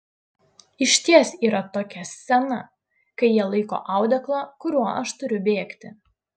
išties yra tokia scena kai jie laiko audeklą kuriuo aš turiu bėgti